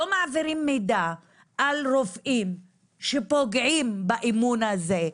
לא מעבירים מידע על רופאים שפוגעים באמון הזה,